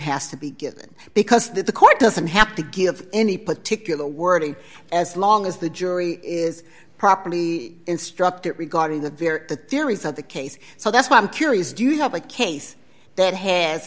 has to be given because that the court doesn't have to give any particular wording as long as the jury is properly instructed regarding that they're the theories of the case so that's why i'm curious do you have a case that has